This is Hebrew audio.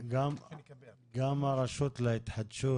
וגם הרשות להתחדשות,